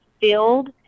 filled